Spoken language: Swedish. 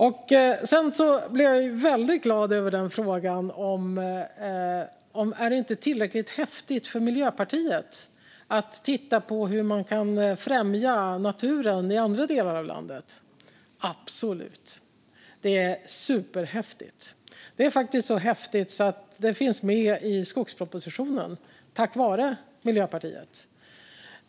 Jag blev väldigt glad över frågan om det inte är tillräckligt häftigt för Miljöpartiet att titta på hur man kan främja naturen i andra delar av landet. Absolut! Det är superhäftigt. Det är faktiskt så häftigt att det finns med i skogspropositionen, och det är tack vare Miljöpartiet.